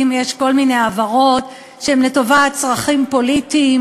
יש כל מיני העברות שהן לטובת צרכים פוליטיים,